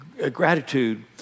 Gratitude